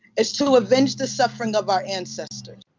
it's to avenge the suffering of our ancestors.